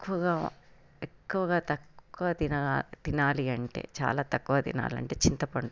ఎక్కువగా ఎక్కువగా తక్కువ తినాలి తినాలి అంటే చాలా తక్కువ తినాలి అంటే చింతపండు